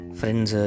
friends